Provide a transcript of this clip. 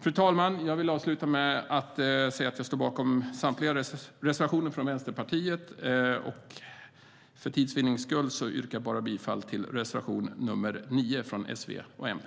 Fru talman! Jag står bakom samtliga reservationer från Vänsterpartiet, men för tids vinnande yrkar jag bifall endast till reservation nr 9 från S, V och MP.